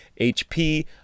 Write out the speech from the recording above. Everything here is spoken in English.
HP